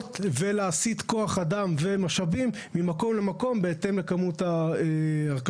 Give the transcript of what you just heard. התפוקות ולהסית כוח אדם ומשאבים ממקום למקום בהתאם לכמות ההרכשות.